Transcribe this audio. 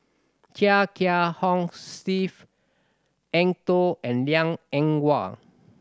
Chia Kiah Hong Steve Eng Tow and Liang Eng Hwa